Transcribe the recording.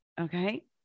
okay